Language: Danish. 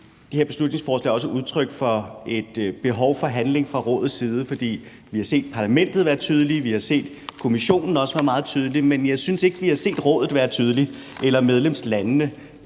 Det her beslutningsforslag er også udtryk for et behov for handling fra Rådets side, for vi har set Europa-Parlamentet være tydelige, og vi har også set Kommissionen være meget tydelig. Men jeg synes ikke, vi har set Rådet være tydelige, eller medlemslandene